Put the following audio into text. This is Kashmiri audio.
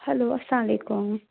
ہیلو اسلام علیکُم